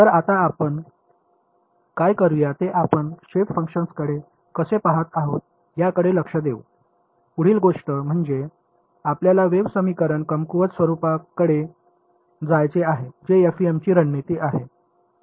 तर आता आपण काय करूया ते आपण शेप फंक्शन्सकडे कसे पहात आहोत याकडे लक्ष्य देऊ पुढील गोष्ट म्हणजे आपल्याला वेव्ह समीकरण कमकुवत स्वरुपाकडे जायचे आहे जे एफईएमची रणनीती आहे